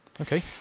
Okay